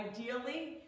Ideally